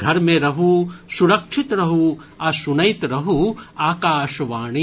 घर मे रहू सुरक्षित रहू आ सुनैत रहू आकाशवाणी